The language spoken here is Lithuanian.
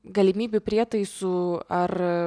galimybių prietaisų ar